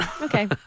Okay